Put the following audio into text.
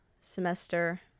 semester